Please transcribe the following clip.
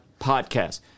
Podcast